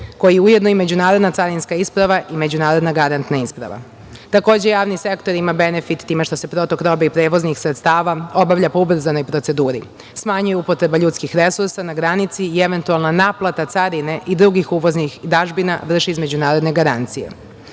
koji je ujedno i međunarodna carinska isprava i međunarodna garantna isprava. Takođe, javni sektor ima benefit time što se protok robe i prevoznih sredstava obavlja po ubrzanoj proceduru, smanjuje upotreba ljudskih resursa na granici i eventualna naplata carine i drugih uvoznih dažbina vrši između narodne garancije. Poštovani